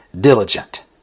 diligent